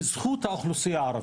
בזכות האוכלוסייה הערבית,